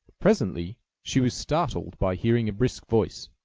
presently she was startled by hearing a brisk voice,